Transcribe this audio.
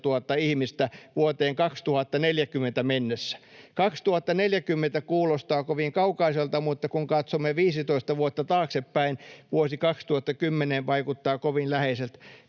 vuoteen 2040 mennessä. 2040 kuulostaa kovin kaukaiselta, mutta kun katsomme 15 vuotta taaksepäin, vuosi 2010 vaikuttaa kovin läheiseltä.